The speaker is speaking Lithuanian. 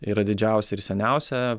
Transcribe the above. yra didžiausia ir seniausia